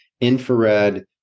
infrared